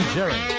Jerry